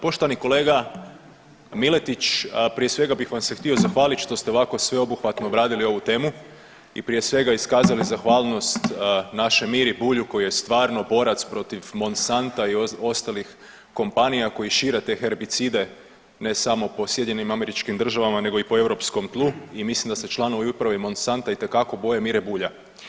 Poštovani kolega Miletić, prije svega bih vam se htio zahvalit što ste ovako sveobuhvatno obradili ovu temu i prije svega iskazali zahvalnost našem Miri Bulju koji je stvarno borac protiv Monsanta i ostalih kompanija koji šire te herbicide ne samo po SAD-u nego i po europskom tlu i mislim da se članovi uprave i Monsanta itekako boje Mire Bulja.